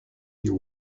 your